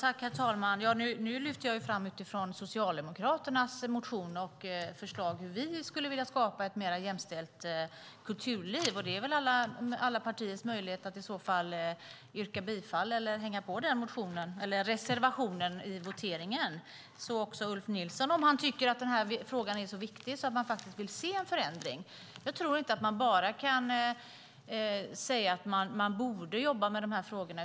Herr talman! Nu lyfter jag fram frågorna utifrån Socialdemokraternas motion och förslag om hur vi skulle vilja skapa ett mer jämställt kulturliv. Alla partier har möjlighet att yrka bifall eller hänga på den reservationen i voteringen. Det kan också Ulf Nilsson göra om han tycker att frågan är så viktig att man vill se en förändring. Man kan inte bara säga att man borde jobba med dessa frågor.